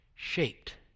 Shaped